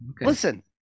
listen